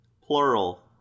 plural